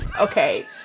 Okay